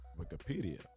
Wikipedia